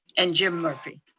and jim murphy.